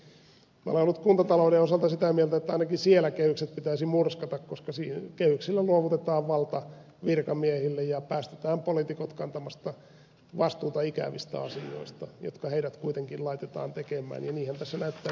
minä olen ollut kuntatalouden osalta sitä mieltä että ainakin siellä kehykset pitäisi murskata koska kehyksillä luovutetaan valta virkamiehille ja päästetään poliitikot kantamasta vastuuta ikävistä asioista jotka heidät kuitenkin laitetaan tekemään ja niinhän näyttää käyvän tietysti tässäkin